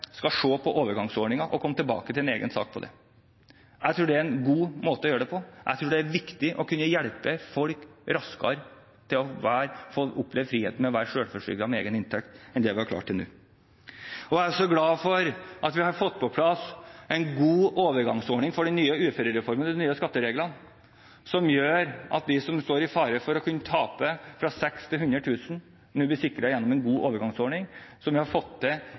skal se på overgangsordningen og komme tilbake med en egen sak om det. Jeg tror det er en god måte å gjøre det på. Jeg tror det er viktig å kunne hjelpe folk til raskere å oppleve friheten ved å være selvforsørgende med egen inntekt enn det vi har klart til nå. Jeg er også glad for at vi har fått på plass en god overgangsordning for den nye uførereformen og de nye skattereglene som gjør at de som står i fare for å kunne tape fra 6 000 til 100 000, vil bli sikret gjennom en god overgangsordning som vi har fått til